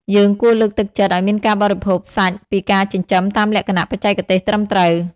យើងគួរលើកទឹកចិត្តឱ្យមានការបរិភោគសាច់ពីការចិញ្ចឹមតាមលក្ខណៈបច្ចេកទេសត្រឹមត្រូវ។